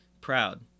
proud